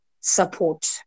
support